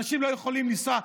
אנשים לא יכולים לנסוע,